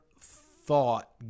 thought